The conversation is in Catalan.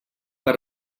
per